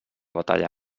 batalla